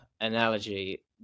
analogy